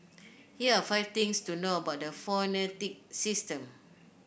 here are five things to know about the phonetic system